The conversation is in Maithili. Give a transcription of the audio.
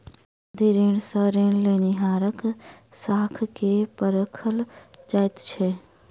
सावधि ऋण सॅ ऋण लेनिहारक साख के परखल जाइत छै